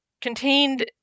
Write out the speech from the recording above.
contained